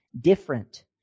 different